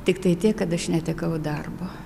tiktai tiek kad aš netekau darbo